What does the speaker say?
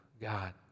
God